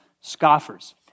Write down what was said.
scoffers